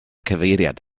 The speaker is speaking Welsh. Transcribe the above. cyfeiriad